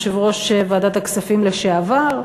יושב-ראש ועדת הכספים לשעבר,